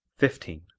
fifteen.